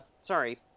sorry